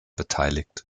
beteiligt